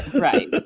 right